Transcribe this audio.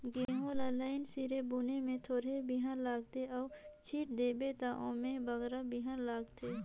गहूँ ल लाईन सिरे बुने में थोरहें बीहन लागथे अउ छींट देबे ता ओम्हें बगरा बीहन लागथे